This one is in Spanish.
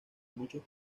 muchos